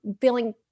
feeling